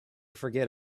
forget